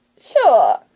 Sure